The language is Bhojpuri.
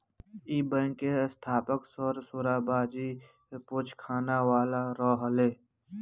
इ बैंक के स्थापक सर सोराबजी पोचखानावाला रहले